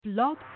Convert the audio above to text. Blog